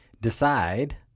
decide